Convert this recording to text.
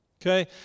Okay